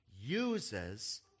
uses